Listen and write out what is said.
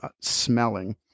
smelling